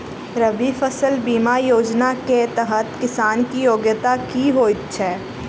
रबी फसल बीमा योजना केँ तहत किसान की योग्यता की होइ छै?